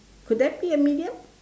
could that be an idiom